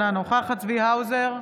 אינה נוכחת צבי האוזר,